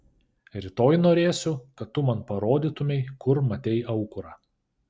rytoj norėsiu kad tu man parodytumei kur matei aukurą